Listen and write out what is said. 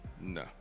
No